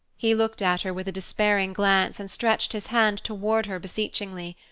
he looked at her with a despairing glance and stretched his hand toward her beseechingly.